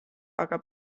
aga